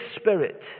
Spirit